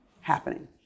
happening